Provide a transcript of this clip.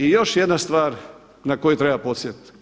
I još jedna stvar na koju treba podsjetiti.